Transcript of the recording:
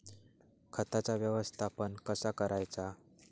खताचा व्यवस्थापन कसा करायचा?